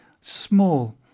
small